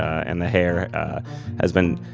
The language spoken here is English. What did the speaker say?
and the hair has been,